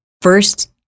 first